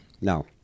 No